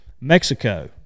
Mexico